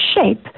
shape